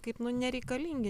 kaip nu nereikalingi